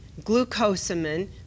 glucosamine